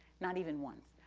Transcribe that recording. not even once.